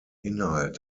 inhalt